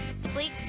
Sleek